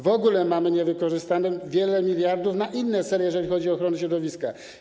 W ogóle mamy niewykorzystanych wiele miliardów na inne cele, jeżeli chodzi o ochronę środowiska.